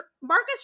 Marcus